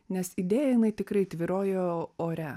nes idėja jinai tikrai tvyrojo ore